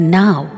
now